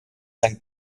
sein